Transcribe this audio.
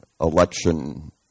election